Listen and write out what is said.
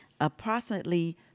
Approximately